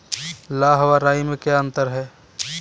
लाह व राई में क्या अंतर है?